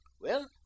Well